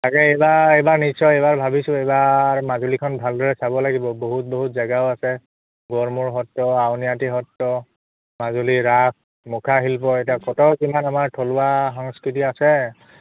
তাকে এইবাৰ এইবাৰ নিশ্চয় এইবাৰ ভাবিছোঁ এইবাৰ মাজুলীখন ভালদৰে চাব লাগিব বহুত বহুত জেগাও আছে গড়মূৰ সত্ৰ আউনিআটী সত্ৰ মাজুলী ৰাস মুখা শিল্প এতিয়া ক'ত কিমান আমাৰ থলুৱা সংস্কৃতি আছে